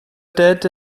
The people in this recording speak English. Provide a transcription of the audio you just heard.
dead